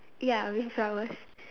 ya with flowers